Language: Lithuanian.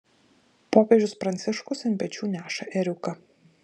popiežius pranciškus ant pečių neša ėriuką